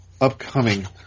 upcoming